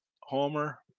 homer